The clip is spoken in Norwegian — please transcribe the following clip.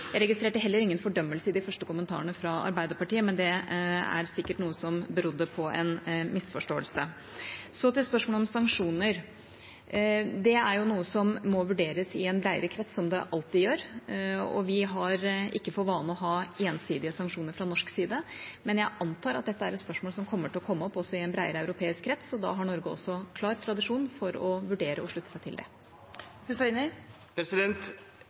Jeg registrerte heller ingen fordømmelse i de første kommentarene fra Arbeiderpartiet, men det er sikkert noe som beror på en misforståelse. Til spørsmålet om sanksjoner: Det er noe som må vurderes i en bredere krets, som det alltid gjøres. Vi har ikke for vane å ha ensidige sanksjoner fra norsk side, men jeg antar at dette er et spørsmål som kommer til å komme opp også i en bredere europeisk krets. Da har Norge en klar tradisjon for å vurdere å slutte seg til det. Mani Hussaini